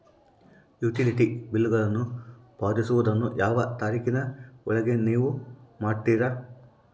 Utility ಬಿಲ್ಲುಗಳನ್ನು ಪಾವತಿಸುವದನ್ನು ಯಾವ ತಾರೇಖಿನ ಒಳಗೆ ನೇವು ಮಾಡುತ್ತೇರಾ?